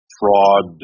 fraud